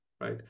right